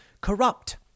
corrupt